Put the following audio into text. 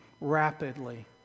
rapidly